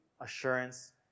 assurance